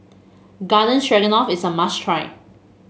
Garden Stroganoff is a must try